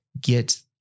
get